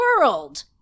world